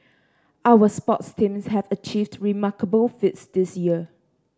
our sports teams have achieved remarkable feats this year